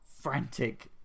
frantic